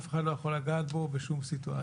אף אחד לא יכול לגעת בו בשום סיטואציה.